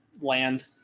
land